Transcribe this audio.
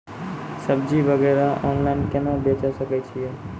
सब्जी वगैरह ऑनलाइन केना बेचे सकय छियै?